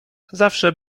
zawsze